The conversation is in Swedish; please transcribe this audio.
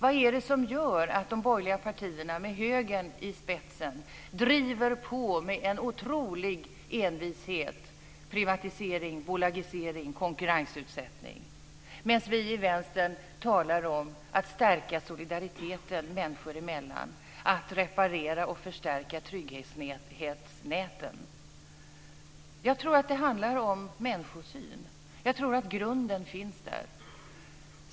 Vad är det som gör att de borgerliga partierna, med Högern i spetsen, med en otrolig envishet driver på privatisering, bolagisering och konkurrensutsättning, medan vi i Vänstern talar om att stärka solidariteten människor emellan, om att reparera och förstärka trygghetsnäten? Jag tror att det handlar om människosyn; jag tror att grunden finns där.